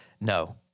no